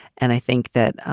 and i think that,